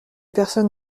personne